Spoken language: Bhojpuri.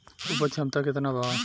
उपज क्षमता केतना वा?